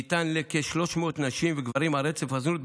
הוא ניתן לכ-300 נשים וגברים על רצף הזנות,